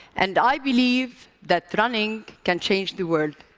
and i believe that running can change the world.